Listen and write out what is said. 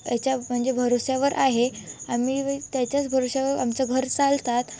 याच्या म्हणजे भरवश्यावर आहे आम्ही त्याच्याच भरवश्यावर आमचं घर चालतात